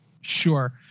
Sure